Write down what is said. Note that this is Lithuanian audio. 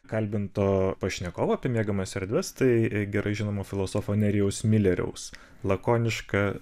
kalbinto pašnekovo apie miegamąsias erdves tai gerai žinomo filosofo nerijaus mileriaus lakoniška